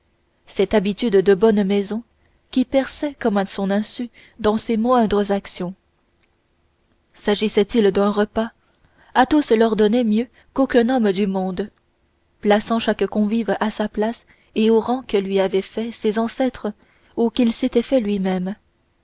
cette habitude de bonne maison qui perçait comme à son insu dans ses moindres actions s'agissait-il d'un repas athos l'ordonnait mieux qu'aucun homme du monde plaçant chaque convive à la place et au rang que lui avaient faits ses ancêtres ou qu'il s'était faits lui-même